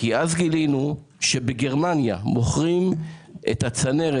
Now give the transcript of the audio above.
כי אז גילינו שבגרמניה מוכרים את הצנרת